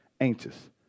anxious